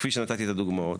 כפי שנתתי את הדוגמאות.